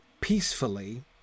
peacefully